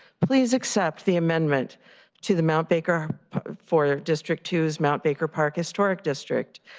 please accept the amendment to the mount baker for district to use mount baker park historic district,